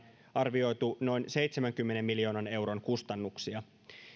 arvioitu tarkoittavan kaikkiaan noin seitsemänkymmenen miljoonan euron kustannuksia